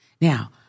Now